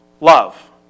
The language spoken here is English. love